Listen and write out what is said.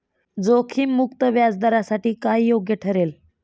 जोखीम मुक्त व्याजदरासाठी काय योग्य ठरेल?